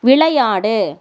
விளையாடு